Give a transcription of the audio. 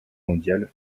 mondiale